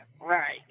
right